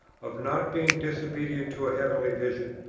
of not being disobedient to a heavenly vision?